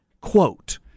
quote